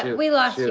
we lost you.